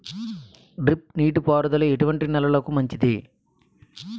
Drip నీటి పారుదల ఎటువంటి నెలలకు మంచిది?